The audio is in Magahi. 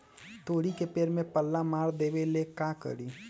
तोड़ी के पेड़ में पल्ला मार देबे ले का करी?